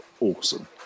awesome